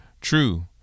true